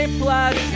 plus